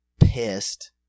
pissed